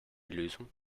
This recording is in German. lösung